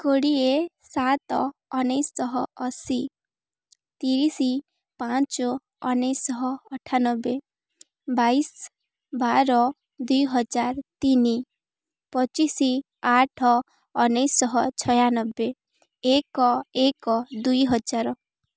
କୋଡ଼ିଏ ସାତ ଉଣେଇଶି ଶହ ଅଶି ତିରିଶି ପାଞ୍ଚ ଉଣେଇଶି ଶହ ଅଠାନବେ ବାଇଶି ବାର ଦୁଇ ହଜାର ତିନି ପଚିଶି ଆଠ ଉଣେଇଶି ଶହ ଛୟାନବେ ଏକ ଏକ ଦୁଇ ହଜାର